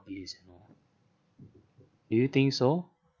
these you know do you think so